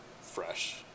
fresh